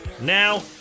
now